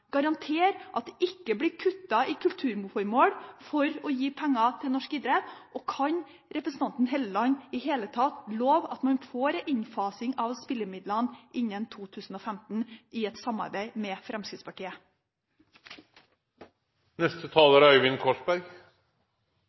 garantere at det ikke blir kuttet i kulturformål for å gi penger til norsk idrett? Kan representanten Hofstad Helleland i det hele tatt love at man får en innfasing av spillemidlene innen 2015 i et samarbeid med Fremskrittspartiet? Dette er